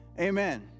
Amen